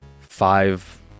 five